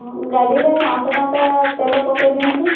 ହଁ ଗାଡ଼ିରେ ପାଞ୍ଚଶହ ଟଙ୍କା ତେଲ ପକାଇଦିଅନ୍ତୁ